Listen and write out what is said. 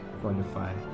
qualify